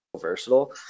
versatile